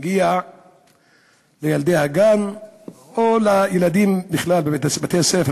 שמגיע לילדי הגן או לילדים בכלל בבתי-הספר